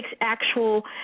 actual